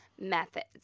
methods